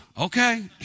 Okay